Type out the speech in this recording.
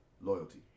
Loyalty